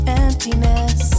emptiness